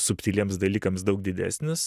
subtiliems dalykams daug didesnis